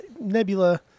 Nebula